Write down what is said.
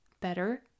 better